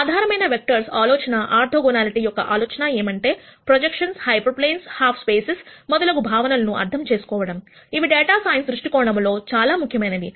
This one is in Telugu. ఆధారమైన వెక్టర్స్ ఆలోచన ఆర్థోగొనాలిటీ యొక్క ఆలోచన ఏమంటే ప్రొజెక్షన్స్ హైపెర్ప్లేన్స్ హాఫ్ స్పేసేస్ మొదలగు భావనలు అర్థం చేసుకోవడం ఇవి డేటా సైన్స్ దృష్టికోణం నుండి ముఖ్యమైనవి